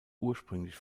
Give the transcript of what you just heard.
ursprünglich